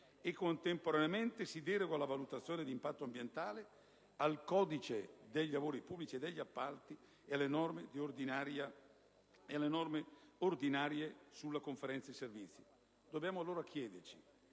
e contemporaneamente si deroga alla valutazione d'impatto ambientale, al codice dei lavori pubblici e degli appalti e alle norme ordinarie sulla Conferenza di servizi. Dobbiamo allora chiederci: